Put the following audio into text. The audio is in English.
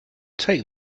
take